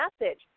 message